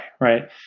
Right